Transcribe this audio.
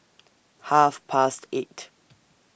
Half Past eight